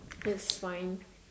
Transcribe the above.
that's fine